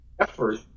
effort